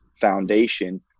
foundation